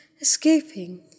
Escaping